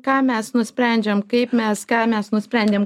ką mes nusprendžiam kaip mes ką mes nusprendėm